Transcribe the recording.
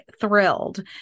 thrilled